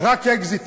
רק אקזיטים.